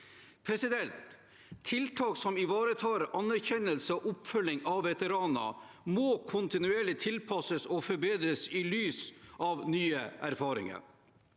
til. Tiltak som ivaretar anerkjennelse og oppfølging av veteraner, må kontinuerlig tilpasses og forbedres i lys av nye erfaringer.